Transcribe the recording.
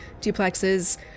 duplexes